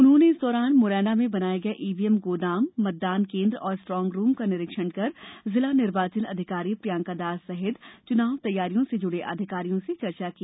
उन्होंने इस दौरान मुरैना में बनाये गये ईवीएम गोदाम मतदान केन्द्र और स्ट्रांग रूम का निरीक्षण कर जिला निर्वाचन अधिकारी प्रियंका दास सहित चुनाव तैयारियों से जुड़े अधिकारियों से चर्चा की